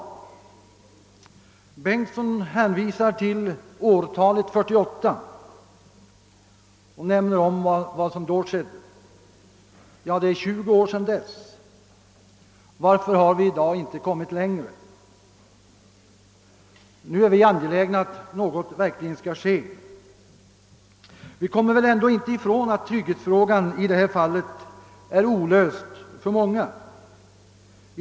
Herr Bengtsson hänvisar till år 1948 och nämner vad som då hände. Ja, det är 20 år sedan. Varför har vi i dag inte kommit längre? Nu är vi angelägna att något verkligen skall göras. Vi kan väl ändå inte komma ifrån att tryggheten i detta fall är olöst för många.